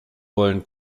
wollen